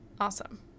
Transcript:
Awesome